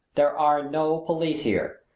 there are no police here.